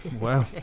wow